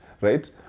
right